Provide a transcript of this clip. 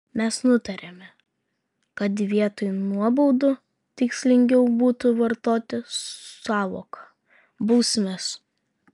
mes nutarėme kad vietoj nuobaudų tikslingiau būtų vartoti sąvoką bausmės